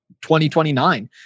2029